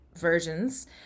versions